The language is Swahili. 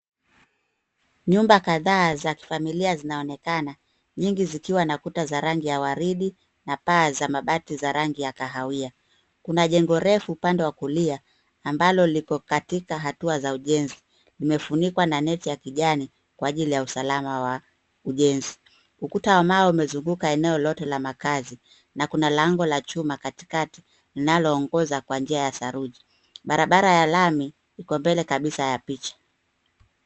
Nyumba kadhaa za kifamilia zinaonekana nyingi zikiwa na kuta za rangi ya waridi na paa za mabati za rangi ya kahawia, kuna jengo refu upande wa kulia ambalo liko katika hatua za ujenzi imefunikwa na neti ya kijani kwa ajili ya usalama wa ujenzi, ukuta wa mawe umezunguka eneo lote la makazi na kuna lango la chuma katikati linalo ongoza kwa njia ya saruji, barabara ya lami iko mbele kabisa ya picha.